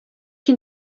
can